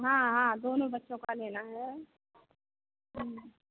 हाँ हाँ दोनों बच्चों का लेना है